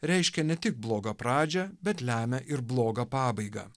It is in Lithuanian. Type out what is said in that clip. reiškia ne tik blogą pradžią bet lemia ir blogą pabaigą